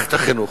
במערכת החינוך.